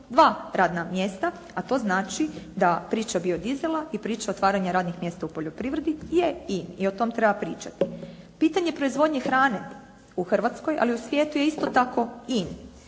2 radna mjesta, a to znači da priča biodizela i priča otvaranja radnih mjesta u poljoprivredi je in i o tom treba pričati. Pitanje proizvodnje hrane u Hrvatskoj, ali i u svijetu je isto tako in.